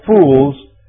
fools